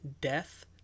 death